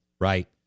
right